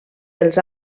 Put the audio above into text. dels